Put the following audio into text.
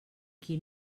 qui